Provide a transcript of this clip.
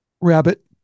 Rabbit